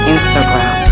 Instagram